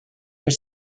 are